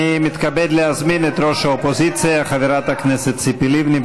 אני מתכבד להזמין את ראש האופוזיציה חברת הכנסת ציפי לבני.